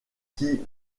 qui